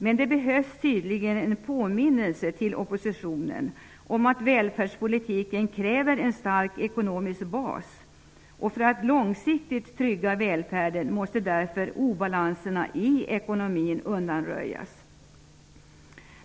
Men det behövs tydligen en påminnelse till oppositionen om att välfärdspolitiken kräver en stark ekonomisk bas. För att långsiktigt trygga välfärden måste obalanserna i ekonomin därför undanröjas.